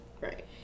Right